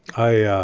i ah